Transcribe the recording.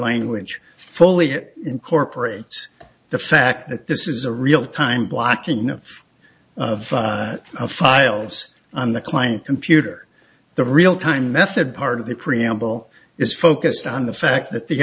language fully it incorporates the fact that this is a real time blocking of files on the client computer the real time method part of the preamble is focused on the fact that the